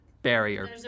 barrier